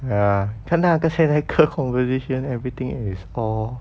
ya 看 ah 刚才那个 conversation everything is all